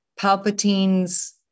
Palpatine's